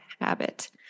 habit